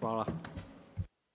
Hvala.